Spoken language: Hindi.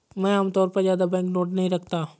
मैं आमतौर पर ज्यादा बैंकनोट नहीं रखता